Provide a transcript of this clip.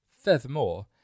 Furthermore